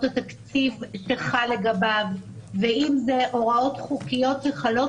התקציב שחל לגביו ואם זה הוראות חוקיות שחלות.